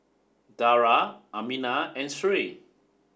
Dara Aminah and Sri